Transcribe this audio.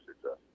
success